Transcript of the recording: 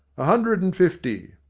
a hundred and fifty!